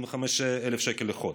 25,000 שקל לחודש.